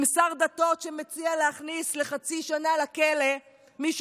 עם שר דתות שמציע להכניס לחצי שנה לכלא מי